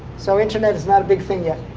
so internet is not a big thing yet?